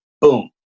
boom